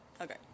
okay